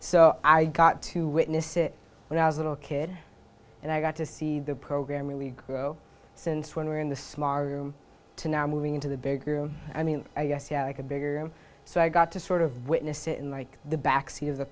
so i got to witness it when i was little kid and i got to see the program really grow since when you're in the smarter room to now moving into the big room i mean i guess yeah like a bigger and so i got to sort of witness it in like the backseat of the